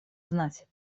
знать